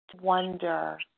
wonder